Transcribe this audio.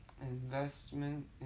Investment